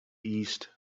east